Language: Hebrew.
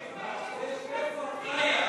איפה את חיה?